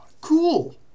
cool